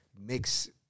mix